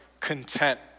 content